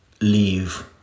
leave